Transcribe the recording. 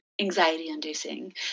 anxiety-inducing